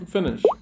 Finish